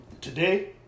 today